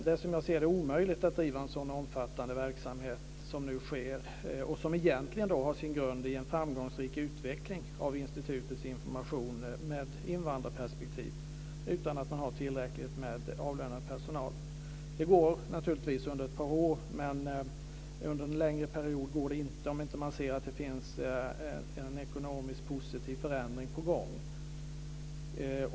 Det är, som jag ser det, omöjligt att driva en så omfattande verksamhet som nu sker, och som egentligen har sin grund i en framgångsrik utveckling av institutets information med invandrarperspektiv, utan att man har tillräckligt med avlönad personal. Det går naturligtvis under ett par år, men under en längre period går det inte om man inte ser att det är en positiv ekonomisk förändring på gång.